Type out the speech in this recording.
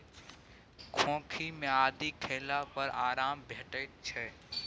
खोंखी मे आदि खेला पर आराम भेटै छै